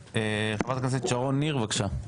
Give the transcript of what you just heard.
חברת הכנסת שרון ניר, בבקשה.